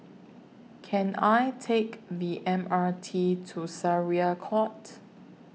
Can I Take The M R T to Syariah Court